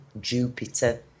Jupiter